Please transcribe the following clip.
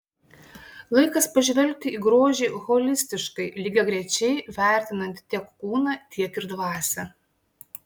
laikas pažvelgti į grožį holistiškai lygiagrečiai vertinant tiek kūną tiek ir dvasią